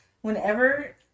Whenever